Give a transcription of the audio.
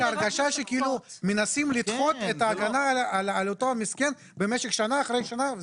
יש הרגשה שכאילו מנסים לדחות את ההגנה על אותו המסכן במשך שנה אחרי שנה.